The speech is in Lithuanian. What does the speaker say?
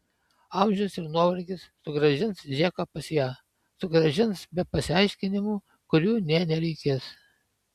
amžius ir nuovargis sugrąžins džeką pas ją sugrąžins be pasiaiškinimų kurių nė nereikės